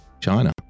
China